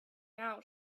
now